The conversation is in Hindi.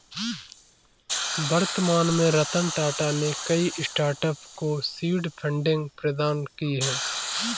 वर्तमान में रतन टाटा ने कई स्टार्टअप को सीड फंडिंग प्रदान की है